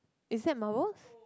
is that marbles